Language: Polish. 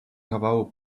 kawału